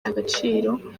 agaciro